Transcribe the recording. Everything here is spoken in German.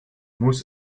muss